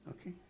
Okay